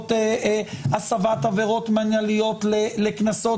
שצריכות הסבת עבירות מנהליות לקנסות,